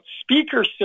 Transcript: speaker